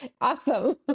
awesome